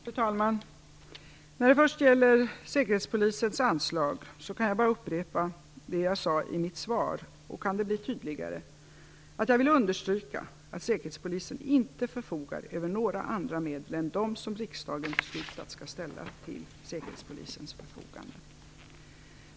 Fru talman! När det gäller säkerhetspolisens anslag kan jag bara upprepa det jag sade i mitt svar. Kan det bli tydligare? Jag vill understryka att säkerhetspolisen inte förfogar över några andra medel än dem som riksdagen beslutat skall ställas till säkerhetspolisens förfogande.